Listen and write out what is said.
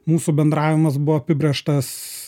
mūsų bendravimas buvo apibrėžtas